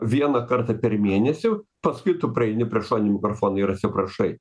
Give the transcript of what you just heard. vieną kartą per mėnesį paskui tu prieini prie šoninių mikrofonų ir atsiprašai